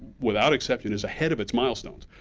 without exception, is ahead of its milestones.